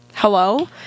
hello